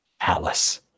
Alice